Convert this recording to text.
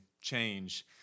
change